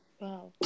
Wow